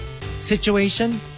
situation